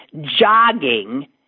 jogging